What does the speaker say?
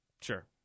Sure